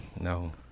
No